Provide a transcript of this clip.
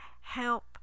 help